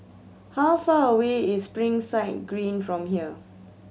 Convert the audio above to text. how far away is Springside Green from here